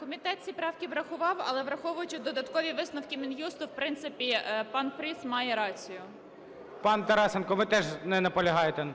Комітет ці правки врахував. Але, враховуючи додаткові висновки Мін'юсту, в принципі, пан Фріс має рацію. ГОЛОВУЮЧИЙ. Пан Тарасенко, ви теж не наполягаєте?